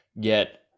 get